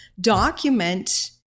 document